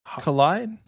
collide